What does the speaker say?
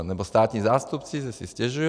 Nebo státní zástupci že si stěžujou.